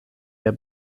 der